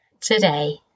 today